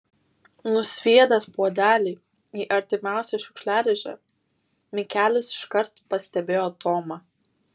nusviedęs puodelį į artimiausią šiukšliadėžę mikelis iškart pastebėjo tomą